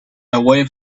away